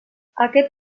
aquest